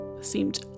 seemed